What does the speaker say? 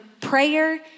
prayer